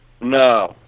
no